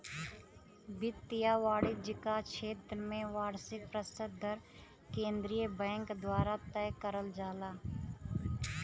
वित्त या वाणिज्य क क्षेत्र में वार्षिक प्रतिशत दर केंद्रीय बैंक द्वारा तय करल जाला